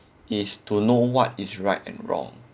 is to know what is right and wrong